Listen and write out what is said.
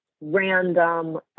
random